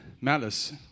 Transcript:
Malice